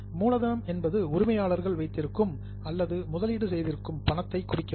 மூலதனம் என்பது உரிமையாளர்கள் வைத்திருக்கும் அல்லது முதலீடு செய்திருக்கும் பணத்தை குறிக்கிறது